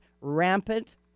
Rampant